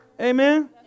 Amen